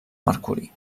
mercuri